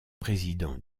président